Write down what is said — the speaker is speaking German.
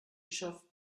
schafft